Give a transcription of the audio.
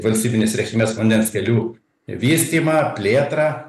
valstybinės reikšmės vandens kelių vystymą plėtrą